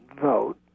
vote